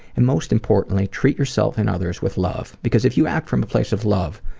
and most importantly, treat yourself and others with love. because if you act from a place of love,